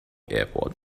airport